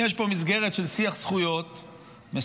יש פה מסגרת של שיח זכויות מסוים,